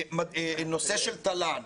נושא של תל"ן